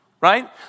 right